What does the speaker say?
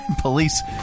Police